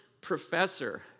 professor